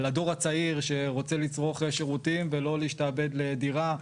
על הדור הצעיר שרוצה לצרוך שירותים ולא להשתעבד לדירה.